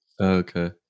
Okay